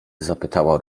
zapytała